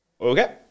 okay